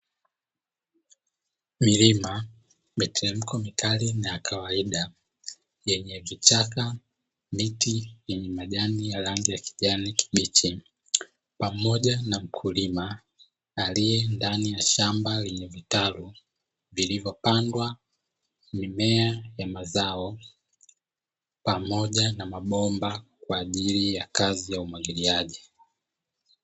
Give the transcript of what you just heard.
Milima, miteremko mikali na ya kawaida yenye kichaka; miti yenye majani ya rangi ya kijani kibichi pamoja na mkulima aliyendani ya shamba lenye vitalu, vilivyopandwa mimea ya mazao pamoja na mabomba kwa ajili ya kazi ya umwagiliaji.